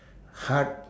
heart